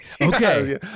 Okay